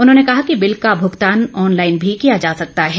उन्होंने कहा बिल का भुगतान ऑनलाईन भी किया जा सकता है